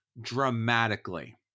dramatically